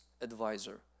advisor